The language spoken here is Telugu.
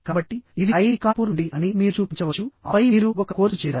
కాబట్టి ఇది ఐఐటి కాన్పూర్ నుండి అని మీరు చూపించవచ్చు ఆపై మీరు ఒక కోర్సు చేసారు